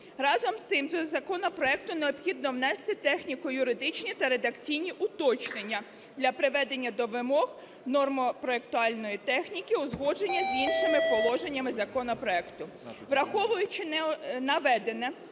Разом з тим, до законопроекту необхідно внести техніко-юридичні та редакційні уточнення для приведення до вимог нормо-проектувальної техніки, узгодження з іншими положеннями законопроекту. Враховуючи наведене,